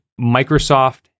Microsoft